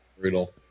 Brutal